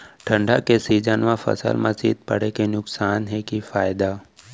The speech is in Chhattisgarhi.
ठंडा के सीजन मा फसल मा शीत पड़े के नुकसान हे कि फायदा?